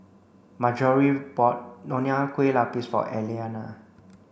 Marjorie bought Nonya Kueh Lapis for Elliana